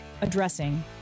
addressing